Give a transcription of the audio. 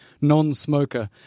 Non-smoker